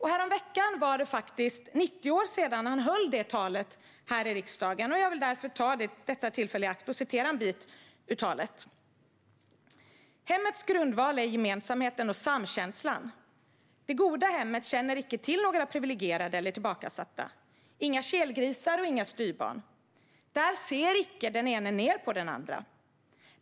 Häromveckan var det faktiskt 90 år sedan han höll det talet här i riksdagen, och jag vill därför ta tillfället i akt och citera en bit ur talet: "Hemmets grundval är gemensamheten och samkänslan. Det goda hemmet känner icke till några privilegierade eller tillbakasatta, inga kelgrisar och inga styvbarn. Där ser icke den ene ner på den andre.